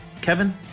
Kevin